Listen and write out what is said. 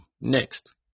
next